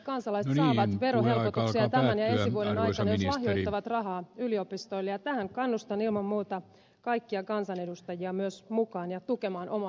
verohelpotuksia tämän ja ensi vuoden aikana jos lahjoittavat rahaa yliopistoille ja tähän kannustan ilman muuta kaikkia kansanedustajia myös mukaan ja tukemaan omaa yliopistoaan